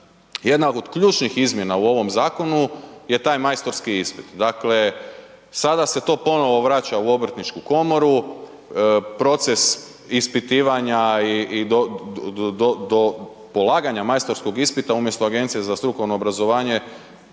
jedna od ključnih izmjena u ovom zakonu je taj majstorski ispit. Dakle, sada se to ponovo vraća u obrtničku komoru, proces ispitivanja i do polaganja majstorskog ispita umjesto Agencije za strukovno obrazovanje,